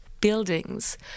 buildings